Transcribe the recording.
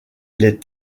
les